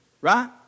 right